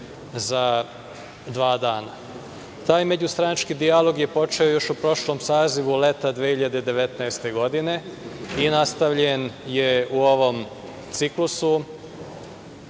za dva dana. Taj međustranački dijalog je počeo još u prošlom sazivu, leta 2019. godine, i nastavljen je u ovom ciklusu